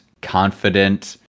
confident